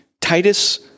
Titus